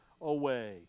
away